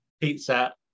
Pizza